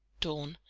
dorn,